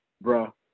bro